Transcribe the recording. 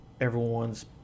everyone's